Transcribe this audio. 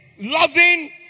loving